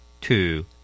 Two